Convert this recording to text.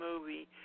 movie